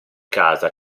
casa